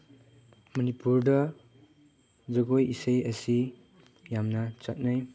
ꯃꯅꯤꯄꯨꯔꯗ ꯖꯒꯣꯏ ꯏꯁꯩ ꯑꯁꯤ ꯌꯥꯝꯅ ꯆꯠꯅꯩ